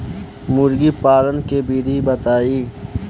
मुर्गीपालन के विधी बताई?